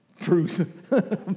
truth